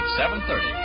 7.30